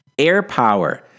AirPower